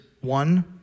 one